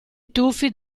tuffi